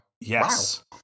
Yes